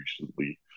recently